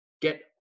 get